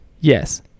Yes